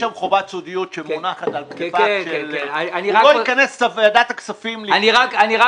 הוא לא ייכנס לוועדת הכספים --- אני רק